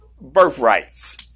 birthrights